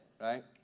right